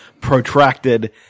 protracted